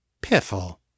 Piffle